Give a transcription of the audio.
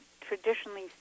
traditionally